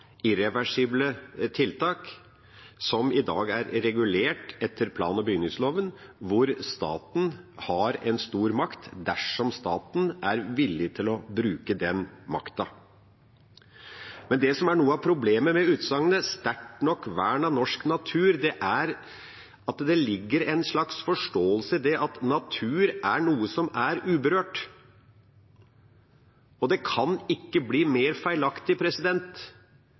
irreversible tiltak som i dag er regulert etter plan- og bygningsloven, hvor staten har stor makt dersom staten er villig til å bruke den makta. Men det som er noe av problemet med utsagnet «sterkt nok vern av norsk natur», er at det i det ligger en slags forståelse av at natur er noe som er uberørt. Det kan ikke bli mer feilaktig.